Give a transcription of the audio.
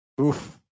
Oof